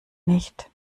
nicht